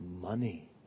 money